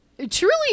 Truly